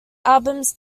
albums